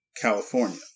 California